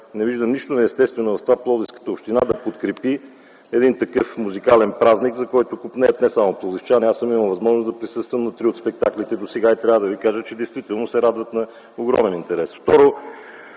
Не виждам нищо неестествено в това пловдивската община да подкрепи такъв музикален празник, за който копнеят не само пловдивчани. Аз съм имал възможност да присъствам на три от спектаклите досега. Те действително се радват на огромен интерес.